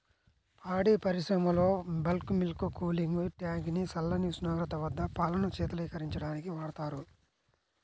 పాడి పరిశ్రమలో bulk milk cooling tank ని చల్లని ఉష్ణోగ్రత వద్ద పాలను శీతలీకరించడానికి వాడతారు